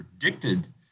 predicted